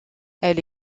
elle